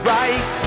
right